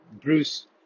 bruce